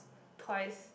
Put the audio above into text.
twice